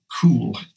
cool